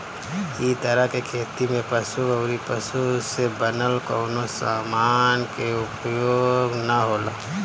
इ तरह के खेती में पशु अउरी पशु से बनल कवनो समान के उपयोग ना होला